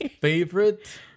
favorite